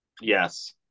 Yes